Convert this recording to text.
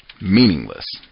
meaningless